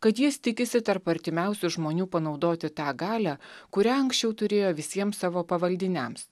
kad jis tikisi tarp artimiausių žmonių panaudoti tą galią kurią anksčiau turėjo visiems savo pavaldiniams